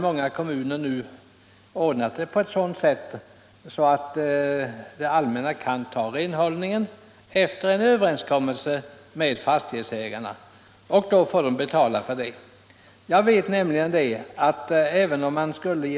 Många kommuner har ordnat detta så att det allmänna efter överenskommelse med fastighetsägarna tar hand om renhållningen av trottoarerna, vilket naturligtvis fastighetsägarna då får betala för.